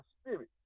spirit